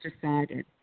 decided